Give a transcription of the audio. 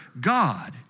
God